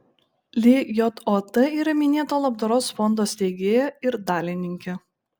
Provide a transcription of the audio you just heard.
lijot yra minėto labdaros fondo steigėja ir dalininkė